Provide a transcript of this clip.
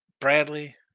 Bradley